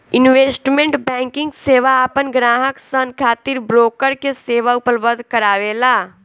investment banking सेवा आपन ग्राहक सन खातिर ब्रोकर के सेवा उपलब्ध करावेला